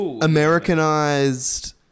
Americanized